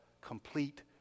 complete